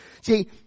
See